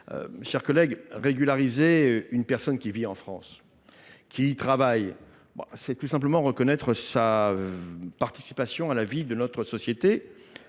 chers collègues, régulariser une personne qui vit en France, qui y travaille, c’est tout simplement reconnaître sa participation à la vie de notre société.